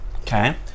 Okay